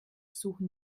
suchen